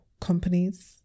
companies